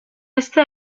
este